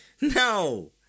No